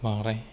बांद्राय